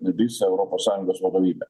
visą europos sąjungos vadovybę